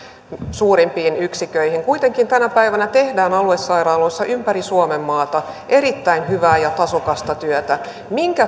suurempiin yksiköihin kuitenkin tänä päivänä tehdään aluesairaaloissa ympäri suomenmaata erittäin hyvää ja tasokasta työtä minkä